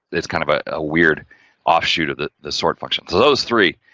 it's kind of a ah weird offshoot of the the sort function. so, those three,